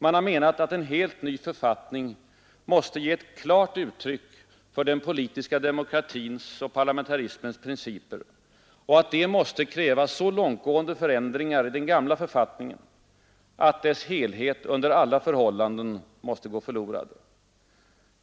Man har menat att en helt ny författning måste ge ett klart uttryck för den politiska demokratins och parlamentarismens principer och att detta måste kräva så långtgående förändringar i den gamla författningen att dess helhet under alla förhållanden måste gå förlorad.